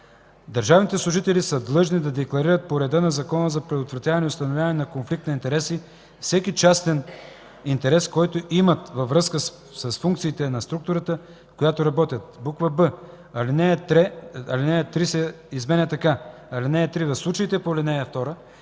Държавните служители са длъжни да декларират по реда на Закона за предотвратяване и установяване на конфликт на интереси всеки частен интерес, който имат във връзка с функциите на структурата, в която работят.”; б) алинея 3 се изменя така: „(3) В случаите по ал. 2